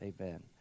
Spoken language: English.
Amen